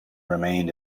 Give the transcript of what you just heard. remained